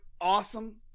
awesome